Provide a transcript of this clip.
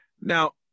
Now